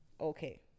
Okay